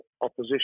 opposition